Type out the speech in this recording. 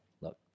look